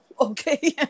okay